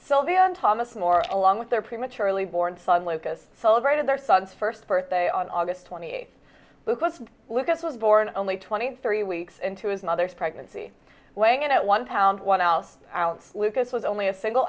and thomas moore along with their prematurely born son lucas celebrated their son's first birthday on august twenty eighth because lucas was born only twenty three weeks into his mother's pregnancy weighing in at one pound one else ounce lucas was only a single